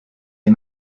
est